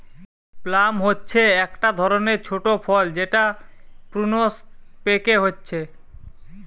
plum হচ্ছে একটা ধরণের ছোট ফল যেটা প্রুনস পেকে হচ্ছে